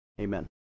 amen